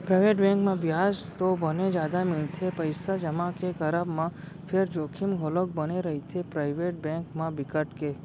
private bank म बियाज तो बने जादा मिलथे पइसा जमा के करब म फेर जोखिम घलोक बने रहिथे, पराइवेट बेंक म बिकट के